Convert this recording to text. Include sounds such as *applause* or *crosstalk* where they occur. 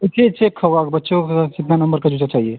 *unintelligible* बच्चों का कितना नंबर का जूता चाहिए